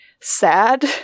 sad